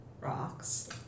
rocks